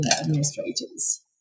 administrators